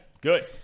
Good